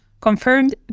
confirmed